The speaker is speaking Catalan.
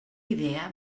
idea